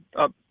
up